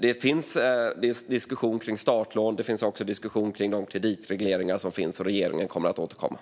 Det finns en diskussion om startlån, och det finns också en diskussion om de kreditregleringar som finns. Regeringen kommer att återkomma.